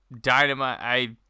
dynamite